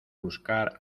buscar